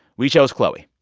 we chose chloe.